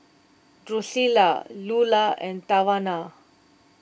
Drucilla Lula and Tawana